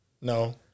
No